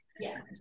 yes